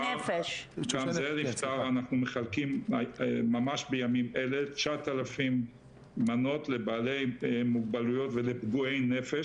אנחנו מחלקים ממש בימים אלה 9,000 מנות לבעלי מוגבלויות ולפגועי נפש.